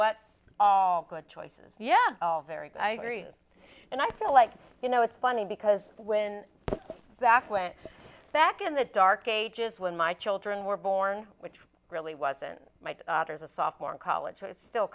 what all good choices yeah very good i agree and i feel like you know it's funny because when zack went back in the dark ages when my children were born which really wasn't my daughter's a sophomore in college so it's still